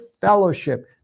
fellowship